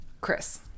Chris